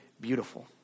beautiful